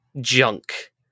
junk